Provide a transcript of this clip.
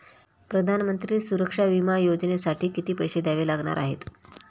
प्रधानमंत्री सुरक्षा विमा योजनेसाठी किती पैसे द्यावे लागणार आहेत?